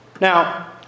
Now